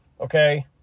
Okay